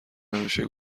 نمیشه